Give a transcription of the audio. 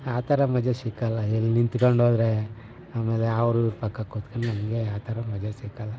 ಆ ಥರ ಮಜಾ ಸಿಕ್ಕಲ್ಲ ಎಲ್ಲಿ ನಿಂತ್ಕೊಂಡೋದ್ರೆ ಆಮೇಲೆ ಅವರಿವ್ರ ಪಕ್ಕ ಕುತ್ಕೊಂಡು ನಮಗೆ ಆ ಥರ ಮಜಾ ಸಿಕ್ಕಲ್ಲ